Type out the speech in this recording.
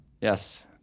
Yes